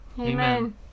Amen